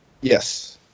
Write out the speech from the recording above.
Yes